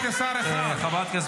לשמוע.